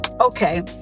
okay